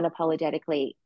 unapologetically